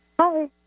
Hi